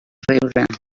riure